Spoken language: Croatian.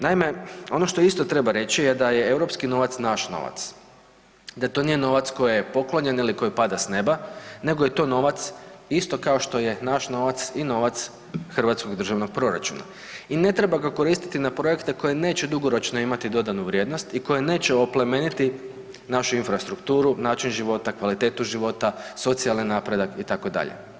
Naime, ono što isto treba reći je da je europski novac naš novac, da to nije novac koji je poklonjen ili koji pada s neba, nego je to novac isto kao što je naš novac i novac hrvatskog državnog proračuna i ne treba ga koristiti na projekte koji neće dugoročno imati dodanu vrijednost i koji neće oplemeniti našu infrastrukturu, način života, kvalitetu života, socijalni napredak itd.